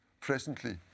presently